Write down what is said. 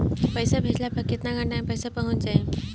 पैसा भेजला पर केतना घंटा मे पैसा चहुंप जाई?